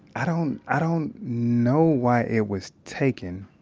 i don't i don't know why it was taken.